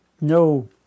No